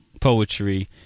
poetry